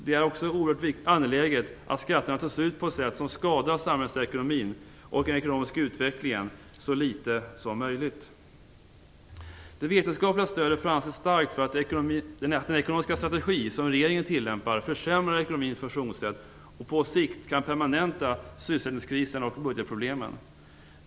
Det är också oerhört angeläget att skatterna tas ut på ett sätt som skadar samhällsekonomin och den ekonomiska utvecklingen så litet som möjligt. Det vetenskapliga stödet får anses starkt för att den ekonomiska strategi som regeringen tillämpar försämrar ekonomins funktionssätt och på sikt kan permanenta sysselsättningskrisen och budgetproblemen.